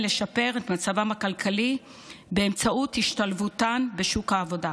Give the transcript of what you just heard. לשפר את מצבם הכלכלי באמצעות השתלבותן בשוק העבודה.